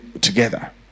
together